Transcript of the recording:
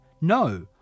No